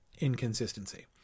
inconsistency